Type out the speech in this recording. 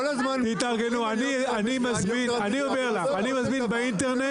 אני מזמין באינטרנט,